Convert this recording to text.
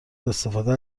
استفاده